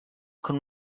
con